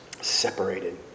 Separated